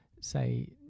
say